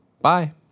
Bye